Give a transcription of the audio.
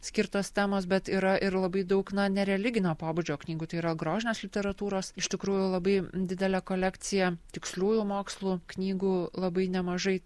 skirtos temos bet yra ir labai daug na ne religinio pobūdžio knygų tai yra grožinės literatūros iš tikrųjų labai didelė kolekcija tiksliųjų mokslų knygų labai nemažai